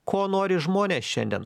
ko nori žmonės šiandien